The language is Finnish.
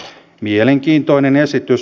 mielenkiintoinen esitys